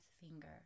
finger